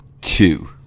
two